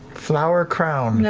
flower crown.